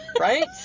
right